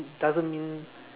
doesn't mean